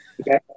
Okay